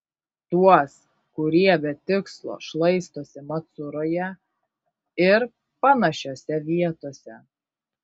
tuos kurie be tikslo šlaistosi macuroje ir panašiose vietose